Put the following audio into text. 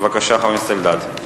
בבקשה, חבר הכנסת אלדד.